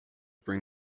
bring